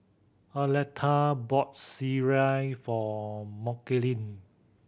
Arletta bought sireh for Mckinley